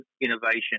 innovation